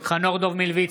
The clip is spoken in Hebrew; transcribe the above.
חנוך דב מלביצקי,